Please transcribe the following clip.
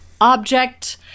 object